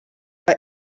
rwa